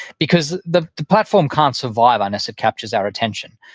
because the platform can't survive unless it captures our attention.